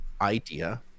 idea